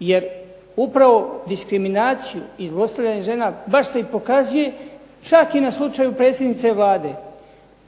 jer upravo diskriminaciju i zlostavljanje žena baš se i pokazuje čak i na slučaju predsjednice Vlade.